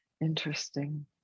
Interesting